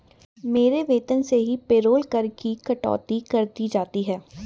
मेरे वेतन से ही पेरोल कर की कटौती कर दी जाती है